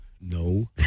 No